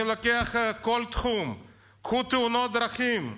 אני לוקח כל תחום: קחו תאונות דרכים,